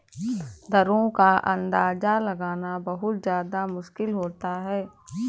दरों का अंदाजा लगाना बहुत ज्यादा मुश्किल होता है